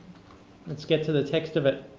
let's get to the text of it.